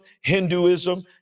Hinduism